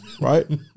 right